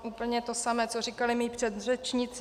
No úplně to samé, co říkali mí předřečníci.